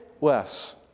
less